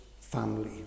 family